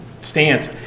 stance